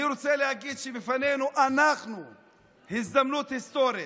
אני רוצה להגיד שבפנינו הזדמנות היסטורית,